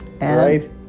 Right